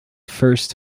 first